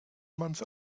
months